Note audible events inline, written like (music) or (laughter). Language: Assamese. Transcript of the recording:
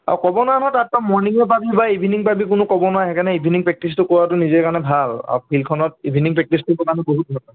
অঁ ক'ব নোৱাৰ নহয় তাত তই মৰ্ণিঙে পাবি বা ইভিণিং পাবি তাত কোনো ক'ব নোৱাৰে সেইকাৰণে ইভিণিং প্ৰক্টিচটো কৰোৱাটো নিজৰ কাৰণে ভাল আৰু ফিল্ডখনত ইভিণিং প্ৰেক্টচটোৰ কাৰণ বহুত (unintelligible)